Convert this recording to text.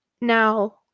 Now